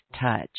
touch